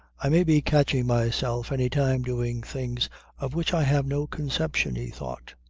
i may be catching myself any time doing things of which i have no conception, he thought.